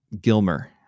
Gilmer